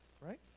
Right